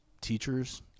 teachers